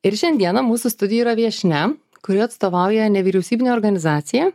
ir šiandieną mūsų studijoj yra viešnia kuri atstovauja nevyriausybinę organizaciją